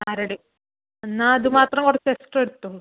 അരളി എന്നാൽ അത് മാത്രം കുറച്ച് എക്സ്ട്രാ എടുത്തോ